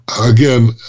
Again